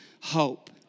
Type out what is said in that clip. hope